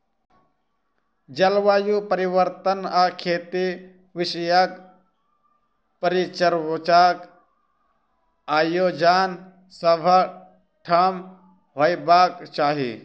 जलवायु परिवर्तन आ खेती विषयक परिचर्चाक आयोजन सभ ठाम होयबाक चाही